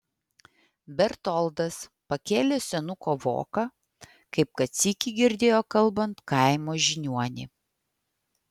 bertoldas pakėlė senuko voką kaip kad sykį girdėjo kalbant kaimo žiniuonį